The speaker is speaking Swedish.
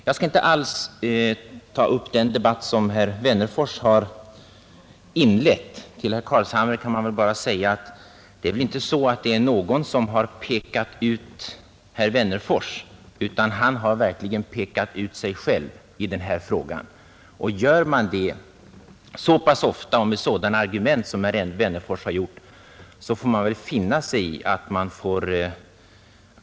Jag skall inte här ta upp den debatt som herr Wennerfors inledde, men till herr Carlshamre vill jag säga att det väl inte är någon som har pekat ut herr Wennerfors. Han har verkligen pekat ut sig själv i detta fall! Och om man gör det så ofta och med sådana argument som herr Wennerfors har gjort, så får man finna sig i att bli emotsagd.